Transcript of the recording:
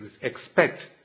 expect